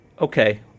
okay